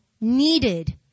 needed